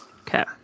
Okay